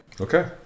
Okay